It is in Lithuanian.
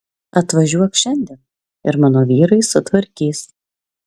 atvažiuok šiandien ir mano vyrai sutvarkys